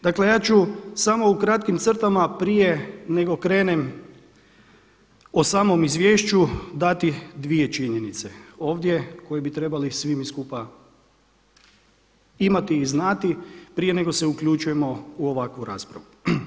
Dakle, ja ću samo u kratkim crtama prije nego krenem o samom izvješću dati dvije činjenice ovdje koji bi trebali svi mi skupa imati i znati prije nego se uključujemo u ovakvu raspravu.